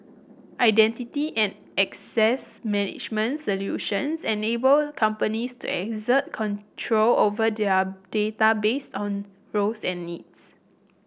identity and access management solutions enable companies to exert control over their data based on roles and needs